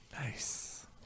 Nice